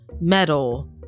metal